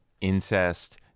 incest